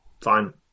Fine